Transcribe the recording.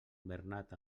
bernat